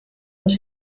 dos